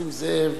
נסים זאב.